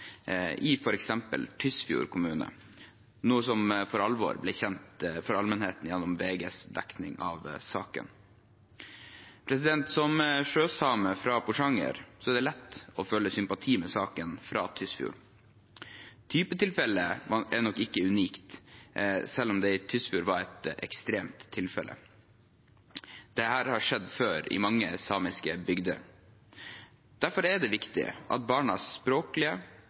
i f.eks. Tysfjord kommune, noe som for alvor ble kjent for allmennheten gjennom VGs dekning av saken. Som sjøsame fra Porsanger er det lett å føle sympati for saken fra Tysfjord. Typetilfellet er nok ikke unikt, selv om det i Tysfjord var et ekstremt tilfelle. Dette har skjedd før i mange samiske bygder. Derfor er det viktig at barnas språklige,